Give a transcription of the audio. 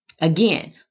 Again